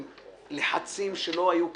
עם לחצים שלא היו כדוגמתם,